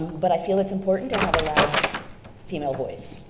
but i feel it's important to have a loud female voice.